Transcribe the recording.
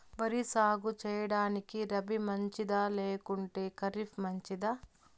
వరి సాగు సేయడానికి రబి మంచిదా లేకుంటే ఖరీఫ్ మంచిదా